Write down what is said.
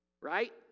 Right